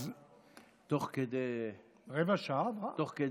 אז, תוך כדי היא אמרה